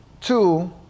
two